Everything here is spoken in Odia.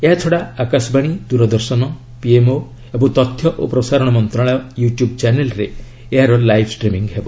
ଏହାଛଡ଼ା ଆକାଶବାଣୀ ଦୂରଦର୍ଶନ ପିଏମ୍ଓ ଏବଂ ତଥ୍ୟ ଓ ପ୍ରସାରଣ ମନ୍ତ୍ରଶାଳୟ ୟୁ ଟ୍ୟୁବ୍ ଚ୍ୟାନେଲ୍ରେ ଏହାର ଲାଇଭ୍ ଷ୍ଟ୍ରିମିଙ୍ଗ୍ ହେବ